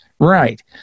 Right